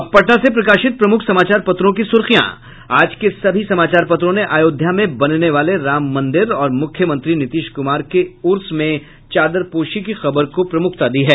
अब पटना से प्रकाशित प्रमुख समाचार पत्रों की सुर्खियां आज के सभी समाचार पत्रों ने अयोध्या में बनने वाले राम मंदिर और मुख्यमंत्री नीतीश कुमार के उर्स में चादरपोशी की खबर को प्रमुखता दी है